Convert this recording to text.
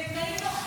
בתנאים נוחים.